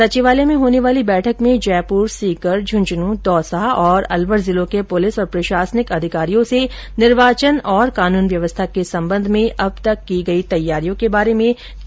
सचिवालय में होने वाली बैठक में जयपुर सीकर झुंझुनूं दौसा और अलवर जिलों के पुलिस और प्रशासनिक अधिकारियों से निर्वाचन और कानून व्यवस्था के संबंध में अब तक की गई तैयारियों के बारे में चर्चा की जाएगी